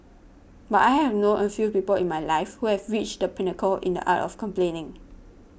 but I have known a few people in my life who have reached the pinnacle in the art of complaining